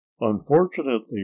Unfortunately